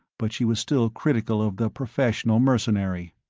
but she was still critical of the professional mercenary.